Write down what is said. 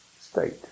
state